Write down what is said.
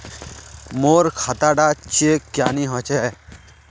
मोर खाता डा चेक क्यानी होचए?